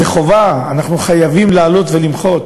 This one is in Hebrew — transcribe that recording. זה חובה, אנחנו חייבים לעלות ולמחות,